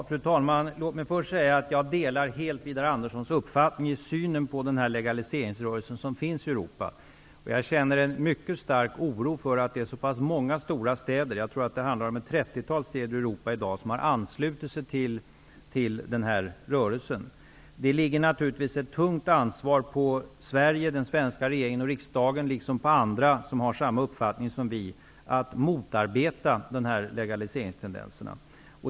Fru talman! Låt mig först säga att jag helt delar Widar Anderssons uppfattning i synen på den här legaliseringsrörelsen som finns i Europa. Jag känner en mycket stark oro över att det är så pass många stora städer i Europa i dag -- ett 30-tal, tror jag -- som har anslutit sig till den här rörelsen. Det ligger naturligtvis ett tungt ansvar på Sverige, den svenska regeringen och riksdagen, liksom på andra som har samma uppfattning som vi, när det gäller att motarbeta de här legaliseringstendenserna.